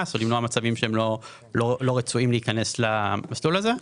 ולמנוע מצבים שהם לא רצויים להיכנס למסלול הזה.